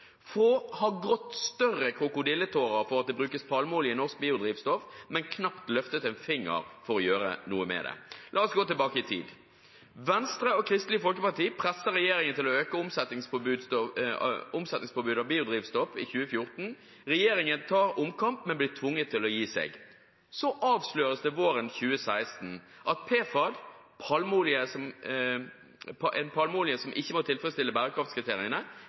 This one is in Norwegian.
Få har grått større krokodilletårer for at det brukes palmeolje i norsk biodrivstoff, men knapt løftet en finger for å gjøre noe med det. La oss gå tilbake i tid. Venstre og Kristelig Folkeparti presser regjeringen til å øke omsetningspåbudet av biodrivstoff i 2014. Regjeringen tar omkamp, men blir tvunget til å gi seg. Så avsløres det våren 2016 at PFAD, en palmeolje som ikke må tilfredsstille